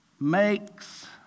makes